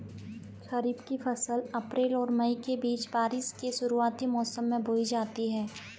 खरीफ़ की फ़सल अप्रैल और मई के बीच, बारिश के शुरुआती मौसम में बोई जाती हैं